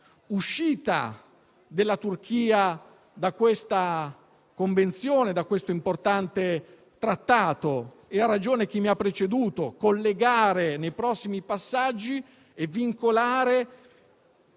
all'uscita della Turchia da questa convenzione, da questo importante trattato. Ha ragione chi mi ha preceduto nel dire che bisogna collegare, nei prossimi passaggi, e vincolare